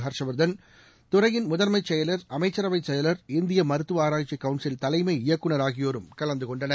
ஹர்ஷ்வா்தன் துறையின் முதன்மைச் செயல் அமைச்சரவை செயல் இந்திய மருத்துவக் ஆராய்ச்சிக் கவுன்சில் தலைமை இயக்குநர் ஆகியோரும் கலந்து கொண்டனர்